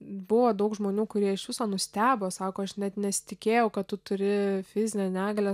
buvo daug žmonių kurie iš viso nustebo sako aš net nesitikėjau kad tu turi fizinę negalią